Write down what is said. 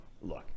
look